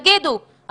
תגידו,